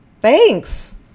thanks